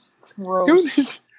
gross